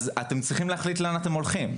אז אתם צריכים להחליט לאן אתם הולכים.